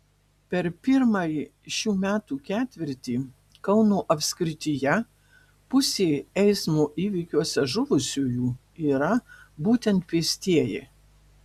per pirmąjį šių metų ketvirtį kauno apskrityje pusė eismo įvykiuose žuvusiųjų yra būtent pėstieji